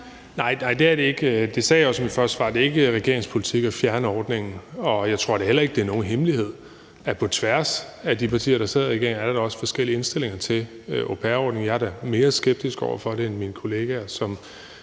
Nej, det er det ikke. Det sagde jeg også i mit første svar. Det er ikke regeringens politik at fjerne ordningen, og jeg tror da heller ikke, det er nogen hemmelighed, at på tværs af de partier, der sidder i regeringen, er der også forskellige indstillinger til au pair-ordningen. Jeg er da mere skeptisk over for den end mine kollegaer fra